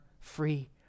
free